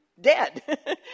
dead